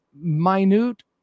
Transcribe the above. minute